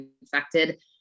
infected